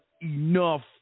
enough